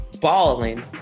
balling